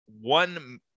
one